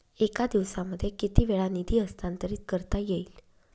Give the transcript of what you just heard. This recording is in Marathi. एका दिवसामध्ये किती वेळा निधी हस्तांतरीत करता येईल?